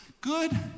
good